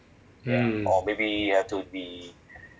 mm